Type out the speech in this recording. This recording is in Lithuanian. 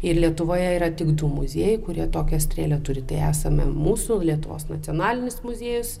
ir lietuvoje yra tik du muziejai kurie tokią strėlę turi tai esame mūsų lietuvos nacionalinis muziejus